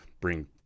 bring